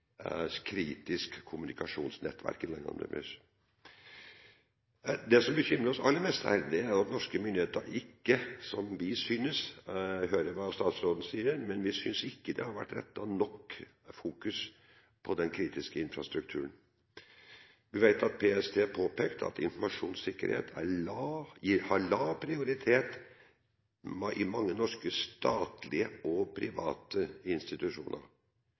kritisk kommunikasjonsnettverk i landene deres. Det som bekymrer oss aller mest her, er at vi synes norske myndigheter ikke – og jeg hører hva statsråden sier – har fokusert nok på den kritiske infrastrukturen. Vi vet at PST påpekte at informasjonssikkerhet har lav prioritet i mange norske statlige og private institusjoner.